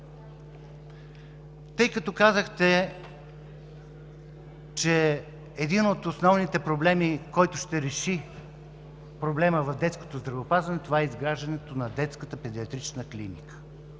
Тъй като казахте, че един от основните проблеми, който ще реши проблема в детското здравеопазване, е изграждането на Детската педиатрична клиника,